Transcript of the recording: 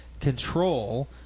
control